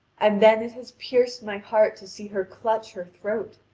and then it has pierced my heart to see her clutch her throat.